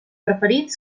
preferit